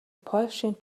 польшийн